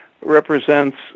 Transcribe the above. represents